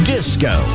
Disco